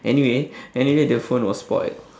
anyway anyway the phone was spoilt